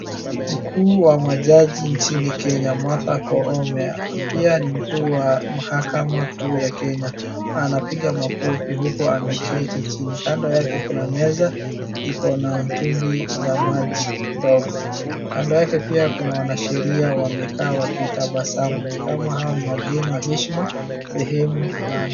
Mkuu wa majaji nchini Kenya, Martha Koome pia ni mkuu wa mahakama kuu ya Kenya, anapiga makofi huku ameketi chini, kando yake kuna meza iko na mtungi za maji ndogo, kando yake pia kuna wanasheria wamekaa wakitabasamu, ni kama hawa ni wageni wa heshima.